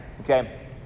okay